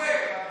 אחמד,